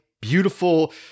beautiful